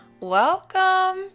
Welcome